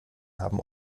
haben